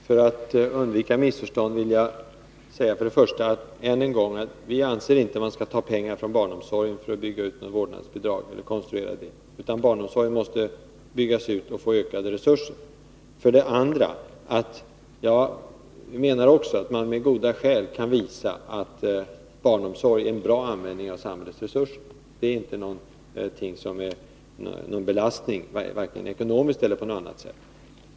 Herr talman! För att undvika missförstånd vill jag för det första en än gång säga att vi inte anser att man skall ta pengar från barnomsorgen för att konstruera vårdnadsbidraget, utan utbyggnaden av barnomsorgen måste ges ökade resurser. För det andra menar också jag att man på goda grunder kan visa att satsningen på barnomsorgen är en bra användning av samhällets resurser. Barnomsorgen är ingen belastning vare sig ekonomiskt eller på annat sätt.